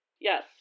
Yes